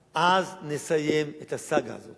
ולכן אסור לתת להם מקומות עבודה.